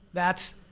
that's